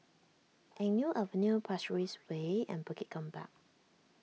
Eng Neo Avenue Pasir Ris Way and Bukit Gombak